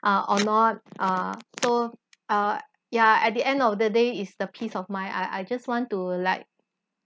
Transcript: ah or not ah so uh yeah at the end of the day it's the peace of mind I I just want to like